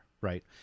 right